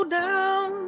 down